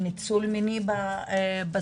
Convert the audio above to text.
ניצול מיני בסיפור.